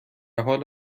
حال